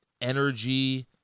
energy